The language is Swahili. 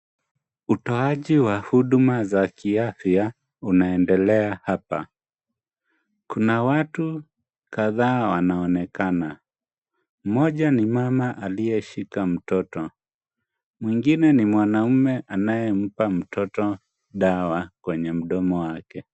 Utoaji wa huduma za kiafya unaendelea hapa. Kuna watu kadha wanaonekana, mmoja ni mama aliyeshika mtoto. Mwingine ni mwanamume anayempa mtoto dawa kwenye mdomo wake.